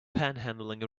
panhandling